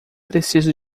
preciso